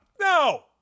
No